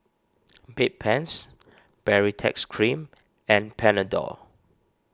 Bedpans Baritex Cream and Panadol